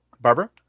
Barbara